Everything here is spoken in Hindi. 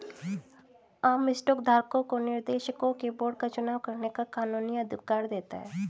आम स्टॉक धारकों को निर्देशकों के बोर्ड का चुनाव करने का कानूनी अधिकार देता है